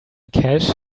cash